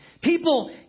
People